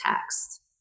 text